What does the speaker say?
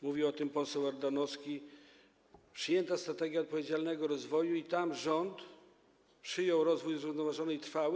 Mówił o tym poseł Ardanowski - przyjęta „Strategia odpowiedzialnego rozwoju” - rząd przyjął rozwój zrównoważony i trwały.